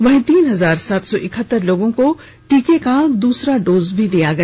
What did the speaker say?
वहीं तीन हजार सात सौ इकहत्तर लोगों को टीका का दसरा डोज दिया गया